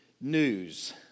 news